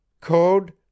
Code